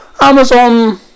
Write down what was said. Amazon